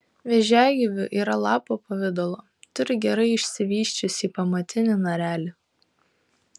vėžiagyvių yra lapo pavidalo turi gerai išsivysčiusį pamatinį narelį